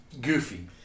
Goofy